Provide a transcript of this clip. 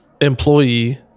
employee